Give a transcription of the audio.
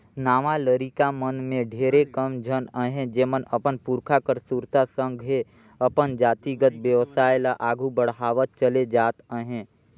नावा लरिका मन में ढेरे कम झन अहें जेमन अपन पुरखा कर सुरता संघे अपन जातिगत बेवसाय ल आघु बढ़ावत चले जात अहें